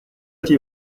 ati